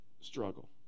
struggle